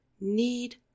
need